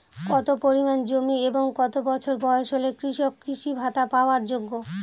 কত পরিমাণ জমি এবং কত বছর বয়স হলে কৃষক কৃষি ভাতা পাওয়ার যোগ্য?